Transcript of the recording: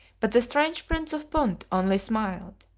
but the strange prince of punt only smiled.